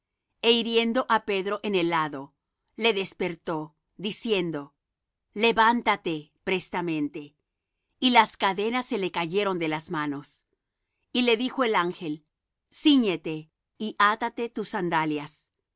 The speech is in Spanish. é hiriendo á pedro en el lado le despertó diciendo levántate prestamente y las cadenas se le cayeron de las manos y le dijo el ángel cíñete y átate tus sandalias